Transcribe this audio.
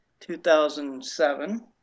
2007